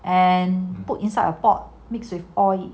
and put inside a pot mixed with oil